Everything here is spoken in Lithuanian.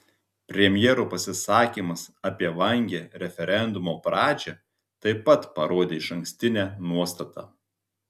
premjero pasisakymas apie vangią referendumo pradžią taip pat parodė išankstinę nuostatą